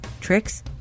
tricks